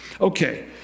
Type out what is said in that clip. Okay